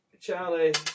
Charlie